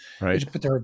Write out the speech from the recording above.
Right